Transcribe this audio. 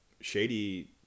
Shady